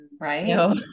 right